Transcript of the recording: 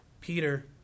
Peter